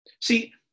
See